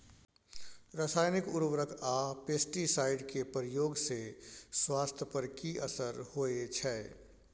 रसायनिक उर्वरक आ पेस्टिसाइड के प्रयोग से स्वास्थ्य पर कि असर होए छै?